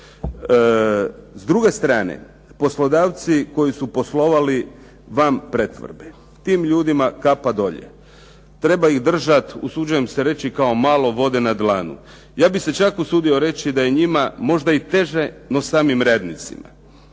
S druge strane, poslodavci koji su poslovali van pretvorbe tim ljudima kapa dole. Treba ih držat, usuđujem se reći, kao malo vode na dlanu. Ja bih se čak usudio reći da je njima možda i teže no samim radnicima.